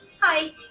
Hi